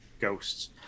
ghosts